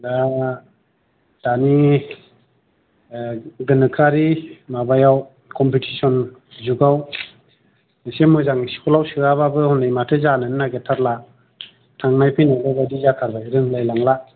दा दानि ओ गोनोखोआरि माबायाव कम्पिटिसन जुगाव एसे मोजां स्कुलाव सोआबाबो होनै माथो जानोनो नागेरथारला थांनाय फैनायल' बायदि जाथारो रोंलायलांला